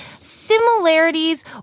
similarities